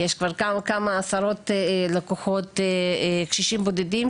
יש כבר כמה וכמה עשרות לקוחות קשישים בודדים,